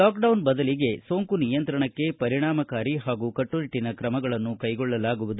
lockdown ಬದಲಿಗೆ ಸೋಂಕು ನಿಯಂತ್ರಣಕ್ಕೆ ಪರಿಣಾಮಕಾರಿ ಪಾಗೂ ಕಟ್ಟುನಿಟ್ಟನ ಕ್ರಮಗಳನ್ನು ಕೈಗೊಳ್ಳಲಾಗುವುದು